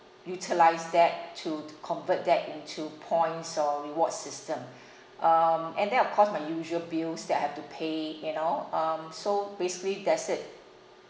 utilise that to to convert that into points or rewards system um and then of course my usual bills that I have to pay you know um so basically that's it